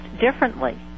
differently